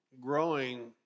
growing